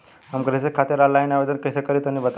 हम कृषि खातिर आनलाइन आवेदन कइसे करि तनि बताई?